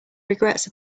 regrets